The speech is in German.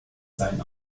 seinen